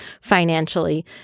financially